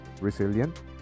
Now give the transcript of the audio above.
resilient